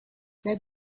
that